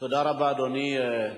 תודה רבה, אדוני.